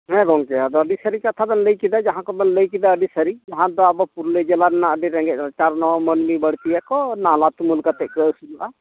ᱦᱮᱸ ᱜᱚᱝᱠᱮ ᱟᱫᱚ ᱟᱹᱰᱤ ᱥᱟᱹᱨᱤ ᱠᱟᱛᱷᱟ ᱵᱮᱱ ᱞᱟᱹᱭ ᱠᱮᱫᱟ ᱡᱟᱦᱟᱸ ᱠᱚᱵᱮᱱ ᱞᱟᱹᱭ ᱠᱮᱫᱟ ᱟᱹᱰᱤ ᱥᱟᱹᱨᱤ ᱡᱟᱦᱟᱸ ᱫᱚ ᱟᱵᱚ ᱯᱩᱨᱩᱞᱤᱭᱟᱹ ᱡᱮᱞᱟ ᱨᱮᱱᱟᱜ ᱟᱹᱰᱤ ᱨᱮᱸᱜᱮᱡ ᱱᱟᱪᱟᱨ ᱢᱟᱹᱱᱢᱤ ᱵᱟᱹᱲᱛᱤᱭᱟᱠᱚ ᱱᱟᱞᱦᱟ ᱛᱩᱢᱟᱹᱞ ᱠᱚ ᱟᱹᱥᱩᱞᱚᱜᱼᱟ